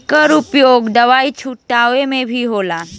एकर उपयोग दवाई छींटे मे भी होखेला